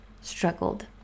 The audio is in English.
struggled